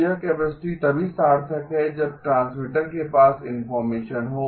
तो यह कैपेसिटी तभी सार्थक है जब ट्रांसमीटर के पास इनफार्मेशन हो